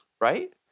right